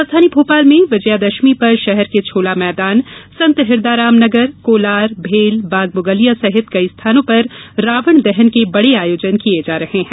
राजधानी भोपाल में विजयादशमी पर शहर के छोला मैदान संत हिरदाराम नगर कोलार भेल बाग मुगलिया सहित कई स्थानों पर रावण दहन के बड़े आयोजन किये जा रहे हैं